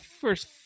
first